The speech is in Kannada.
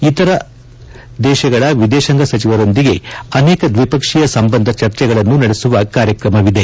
ಇತರ ರಾಜ್ಯಗಳ ವಿದೇಶಾಂಗ ಸಚಿವರೊಂದಿಗೆ ಅನೇಕ ದ್ವಿಪಕ್ಷೀಯ ಸಂಬಂಧ ಚರ್ಚೆಗಳನ್ನು ನಡೆಸುವ ಕಾರ್ಯಕ್ರಮವಿದೆ